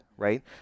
Right